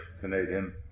Canadian